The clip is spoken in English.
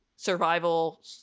survival